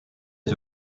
est